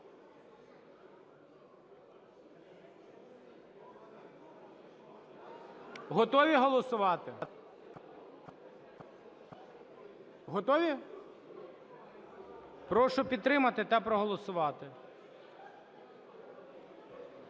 Готові голосувати? Готові? Прошу підтримати та проголосувати.